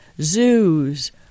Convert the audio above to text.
zoos